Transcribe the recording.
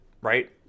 right